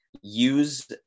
use